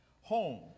home